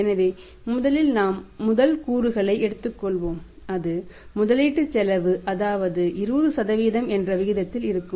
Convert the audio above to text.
எனவே முதலில் நாம் முதல் கூறுகளை எடுத்துள்ளவேண்டும் அது முதலீட்டுச் செலவு அதாவது இது 20 என்ற விகிதத்தில் இருக்கும்